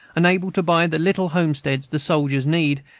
and able to buy the little homesteads the soldiers need,